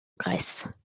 grèce